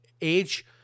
age